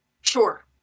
sure